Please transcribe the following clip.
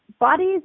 bodies